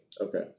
Okay